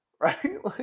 Right